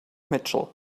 mitchell